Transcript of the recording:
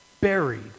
buried